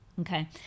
Okay